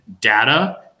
data